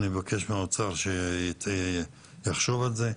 אני מבקש מהאוצר שיחשוב על זה.